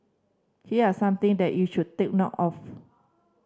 here are some thing that you should take note of